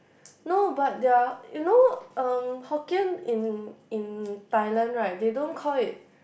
no but their you know um Hokkien in in Thailand right they don't call it